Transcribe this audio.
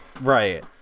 Right